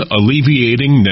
Alleviating